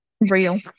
Real